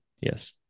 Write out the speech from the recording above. Yes